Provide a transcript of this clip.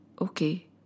okay